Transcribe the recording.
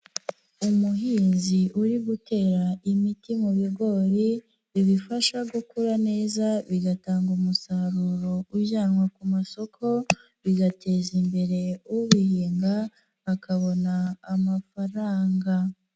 Umuhinzi uri gutera imiti mu bigori bibifasha gukura neza bigatanga umusaruro ujyanwa ku masoko, bigateza imbere ubihinga akabona amafaranga.